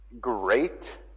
great